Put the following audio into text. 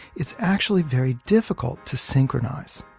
it's actually very difficult to synchronize.